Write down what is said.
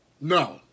No